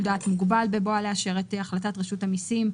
דעת מוגבל בבואה לאשר את החלטת רשות המיסים,